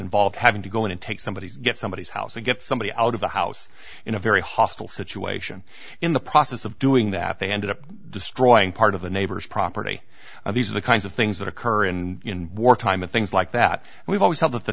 involved having to go in and take somebody get somebody's house to get somebody out of the house in a very hostile situation in the process of doing that they ended up destroying part of a neighbor's property and these are the kinds of things that occur in wartime and things like that we've always held that the